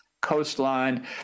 coastline